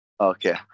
Okay